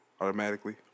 automatically